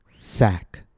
sack